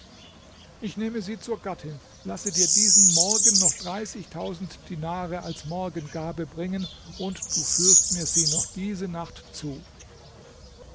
ich nehme sie zur gattin lasse dir diesen morgen noch dreißigtausend dinare als morgengabe bringen und du führst mir sie noch diese nacht zu